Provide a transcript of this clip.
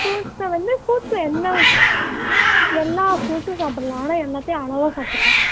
ஃப்ரூட்சில் வந்து ஃப்ரூட்சில் என்ன எல்லா ஃப்ரூட்ஸும் சாப்பிட்லாம் ஆனால் எல்லாத்தையும் அளவாக சாப்பிட்டுக்கலாம்